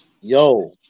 yo